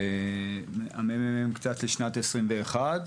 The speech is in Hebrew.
וקצת לשנת 2021,